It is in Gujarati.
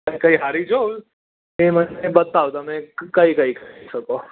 કંઈ સારી જો એ બતાવ તમે કઈ બાઇક લઈ શકો